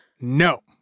No